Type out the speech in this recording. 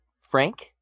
frank